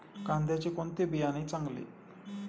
कांद्याचे कोणते बियाणे चांगले?